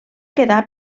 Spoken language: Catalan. quedar